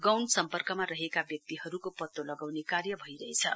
गौण सम्पर्कमा रहेका व्यक्तिहरूको पतो लगाउने कार्य भइरहेछन्